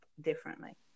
differently